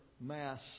mass